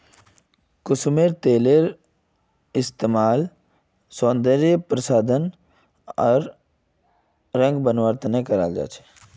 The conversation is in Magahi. कुसुमेर तेलेर इस्तमाल सौंदर्य प्रसाधन आर रंग बनव्वार त न कराल जा छेक